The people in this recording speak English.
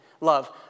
love